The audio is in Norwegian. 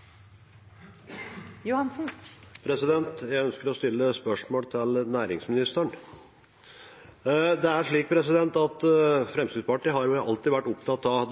den